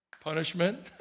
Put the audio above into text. punishment